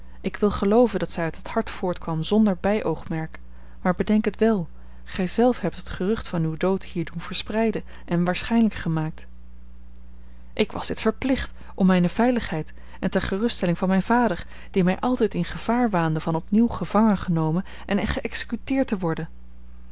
ik wil gelooven dat zij uit het hart voortkwam zonder bijoogmerk maar bedenk het wèl gij zelf hebt het gerucht van uw dood hier doen verspreiden en waarschijnlijk gemaakt ik was dit verplicht om mijne veiligheid en ter geruststelling van mijn vader die mij altijd in gevaar waande van opnieuw gevangen genomen en geëxecuteerd te worden